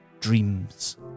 dreams